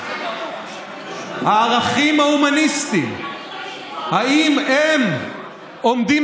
הערכים ההומניסטיים, האם הם עומדים